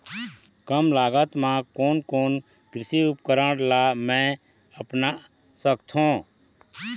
कम लागत मा कोन कोन कृषि उपकरण ला मैं अपना सकथो?